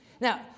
Now